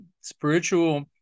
spiritual